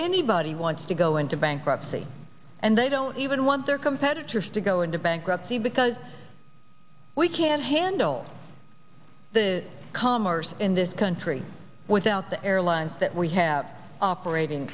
anybody wants to go into bankruptcy and they don't even want their competitors to go into bankruptcy because we can't handle the commerce in this country without the airlines that we have operating